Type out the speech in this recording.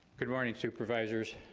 good morning, supervisors.